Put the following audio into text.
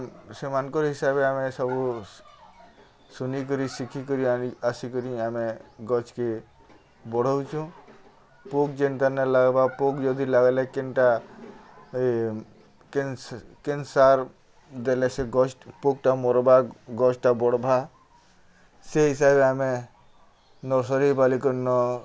ସେମାନଙ୍କର୍ ହିସାବେ ଆମେ ସବୁ ଶୁନିକରି ଶିଖିକରି ଆସିକରି ଆମେ ଗଛ୍କେ ବଢ଼ଉଛୁଁ ପୋକ୍ ଯେନ୍ତା ନି ଲାଗ୍ବା ପୋକ୍ ଯଦି ଲାଗ୍ଲେ କେନ୍ଟା କେନ୍ ସାର୍ ଦେଲେ ସେ ଗଛ୍ ପୋକ୍ ମର୍ବା ଗଛ୍ଟା ବଢ଼୍ବା ସେ ହିସାବ୍ରେ ଆମେ ନର୍ସରୀ ବାଲାଙ୍କର୍ ନ